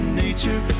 nature